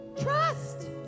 Trust